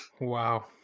Wow